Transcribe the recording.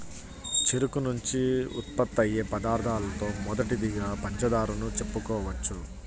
చెరుకు నుంచి ఉత్పత్తయ్యే పదార్థాలలో మొదటిదిగా పంచదారను చెప్పుకోవచ్చు